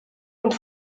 und